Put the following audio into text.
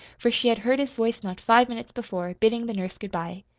for she had heard his voice not five minutes before, bidding the nurse good-bye.